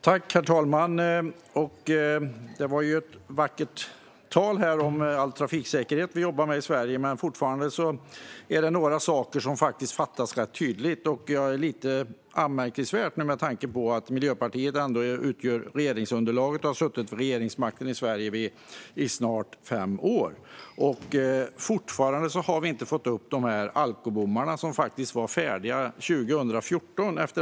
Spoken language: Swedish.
Herr talman! Det var ett vackert tal om trafiksäkerheten i Sverige, men det är tydligt att det fortfarande fattas några saker. Det är lite anmärkningsvärt med tanke på att Miljöpartiet ändå utgör regeringsunderlag och har suttit vid regeringsmakten i Sverige i snart fem år. Fortfarande har alkobommarna inte satts upp. De var färdigutredda 2014.